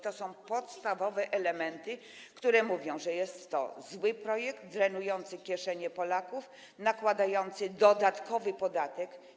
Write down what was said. To są podstawowe elementy, które potwierdzają, że jest to zły projekt, drenujący kieszenie Polaków, nakładający dodatkowy podatek.